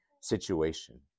situation